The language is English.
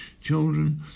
children